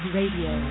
Radio